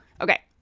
Okay